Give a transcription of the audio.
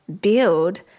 build